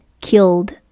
killed